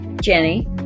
Jenny